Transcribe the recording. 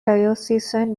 diocesan